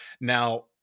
Now